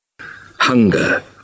Hunger